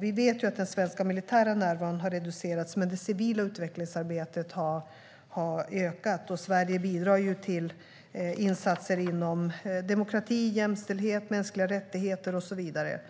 Vi vet ju att den svenska militära närvaron har reducerats, men det civila utvecklingsarbetet har ökat. Sverige bidrar till insatser inom demokrati, jämställdhet, mänskliga rättigheter och så vidare